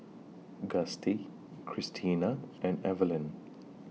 Gustie Christena and Evaline